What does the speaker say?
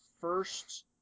first